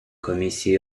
комісії